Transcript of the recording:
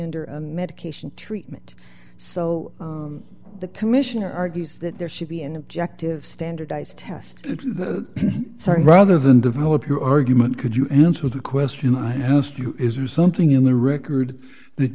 into medication treatment so the commissioner argues that there should be an objective standardized test sorry rather than develop your argument could you answer the question i asked you is there something in the record that